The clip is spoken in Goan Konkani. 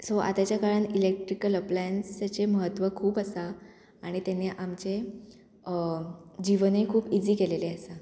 सो आतांच्या काळान इलेक्ट्रिकल अप्लायन्साचें म्हत्व खूब आसा आनी तेणे आमचें जिवनय खूब इजी केलेलें आसा